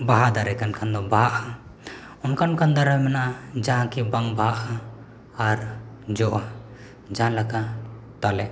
ᱵᱟᱦᱟ ᱫᱟᱨᱮ ᱠᱟᱱ ᱠᱷᱟᱱᱫᱚ ᱵᱟᱦᱟᱜᱼᱟ ᱚᱱᱠᱟᱱ ᱚᱱᱠᱟᱱ ᱫᱟᱨᱮᱦᱚᱸ ᱢᱮᱱᱟᱜᱼᱟ ᱡᱟᱦᱟᱸ ᱠᱤ ᱵᱟᱝ ᱵᱟᱦᱟᱜᱼᱟ ᱟᱨ ᱡᱚᱜᱼᱟ ᱡᱟᱦᱟᱸ ᱞᱮᱠᱟ ᱛᱟᱞᱮ